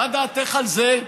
מה דעתך על זה?